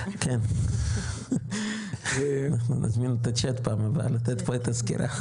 כן אנחנו נזמין את הצ'אט פעם הבאה לתת פה את הסקירה,